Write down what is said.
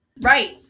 right